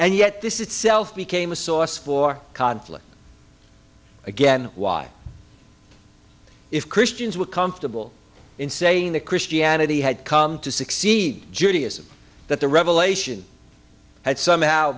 and yet this itself became a source for conflict again why if christians were comfortable in saying that christianity had come to succeed judaism that the revelation had somehow